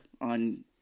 on